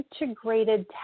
integrated